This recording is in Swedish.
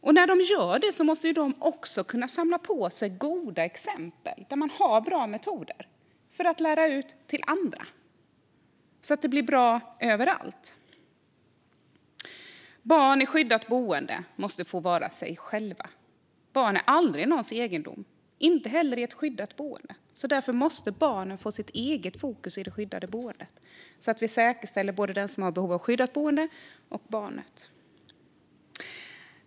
Och när de gör det måste de också kunna samla på sig goda exempel där man har bra metoder för att sedan lära ut till andra så att det blir bra överallt. Barn i skyddat boende måste få vara sig själva. Barn är aldrig någons egendom, inte heller i ett skyddat boende. Därför måste barnen få sitt eget fokus i det skyddade boendet så att vi skyddar både den som har behov av skyddat boende och barnet.